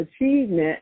achievement